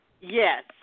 Yes